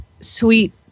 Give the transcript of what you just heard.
sweet